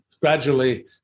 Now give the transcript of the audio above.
gradually